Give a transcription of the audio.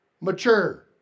mature